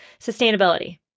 sustainability